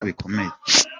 bikomeye